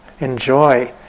enjoy